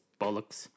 bollocks